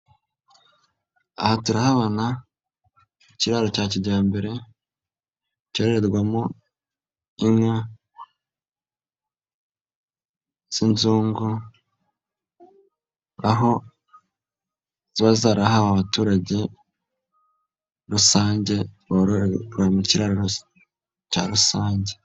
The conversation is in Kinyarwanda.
Aha turahabona ikiraro cya kijyambere cyorerwamo inka z'inzungu, aho ziba zarahawe abaturage rusange mu kiraro cya rusange.